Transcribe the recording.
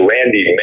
Randy